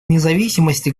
независимости